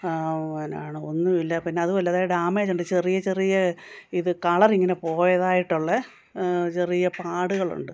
എന്നാണ് ഒന്നുമില്ല പിന്നെ അതുമല്ലാതെ ഡാമേജുണ്ട് ചെറിയ ചെറിയ ഇത് കളറിങ്ങനെ പോയതായിട്ടുള്ള ചെറിയ പാടുകളുണ്ട്